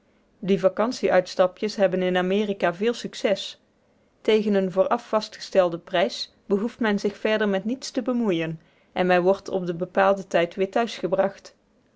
die vacantie uitstapjes hebben in amerika veel sucees tegen eenen vooraf vastgestelden prijs behoeft men zich verder met niets te bemoeien en men wordt op den bepaalden tijd weer thuis gebracht